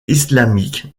islamiques